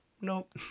nope